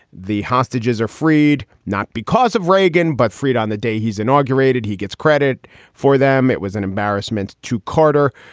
the hostages are freed, not because of reagan, but freed on the day he's inaugurated. he gets credit for them. it was an embarrassment to carter.